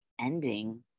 ending